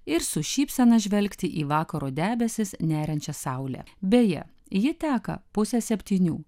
ir su šypsena žvelgti į vakaro debesis neriančią saulę beje ji teka pusę septynių